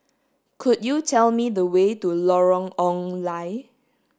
could you tell me the way to Lorong Ong Lye